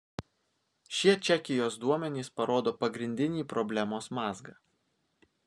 šie čekijos duomenys parodo pagrindinį problemos mazgą